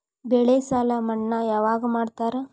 ಬೆಳೆ ಸಾಲ ಮನ್ನಾ ಯಾವಾಗ್ ಮಾಡ್ತಾರಾ?